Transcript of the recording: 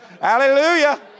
Hallelujah